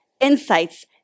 insights